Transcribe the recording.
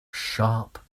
sharp